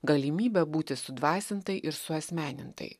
galimybę būti sudvasintai ir suasmenintai